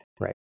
Right